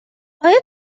آیا